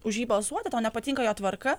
už jį balsuoti tau nepatinka jo tvarka